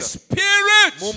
spirit